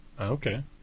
Okay